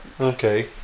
okay